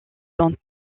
dont